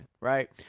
right